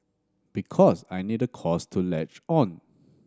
because I need a cause to latch on